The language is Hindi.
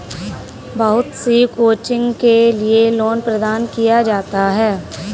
बहुत सी कोचिंग के लिये लोन प्रदान किया जाता है